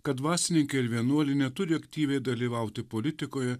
kad dvasininkai ir vienuoliai neturi aktyviai dalyvauti politikoje